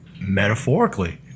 metaphorically